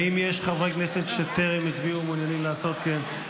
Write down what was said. האם יש חברי כנסת שטרם הצביעו ומעוניינים לעשות כן?